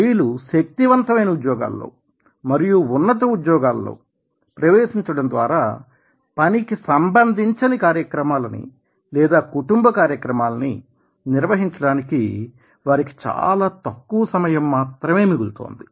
స్త్రీలు శక్తివంతమైన ఉద్యోగాల్లో మరియు ఉన్నత ఉద్యోగాలలో ప్రవేశించడం ద్వారా పనికి సంబంధించని కార్యక్రమాలని లేదా కుటుంబ కార్యక్రమాలని నిర్వహించడానికి వారికి చాలా చాలా తక్కువ సమయం మాత్రమే మిగులుతోంది